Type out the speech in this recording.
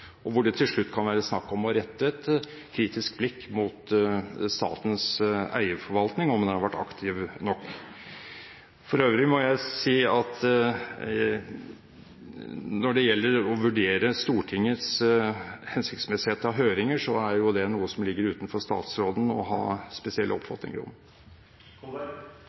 og hvor det til slutt kan være snakk om å rette et kritisk blikk mot statens eierforvaltning – om den har vært aktiv nok. For øvrig må jeg si at når det gjelder å vurdere Stortingets hensiktsmessighet av høringer, er det noe som ligger utenfor statsråden å ha spesielle oppfatninger om.